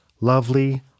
lovely